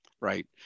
Right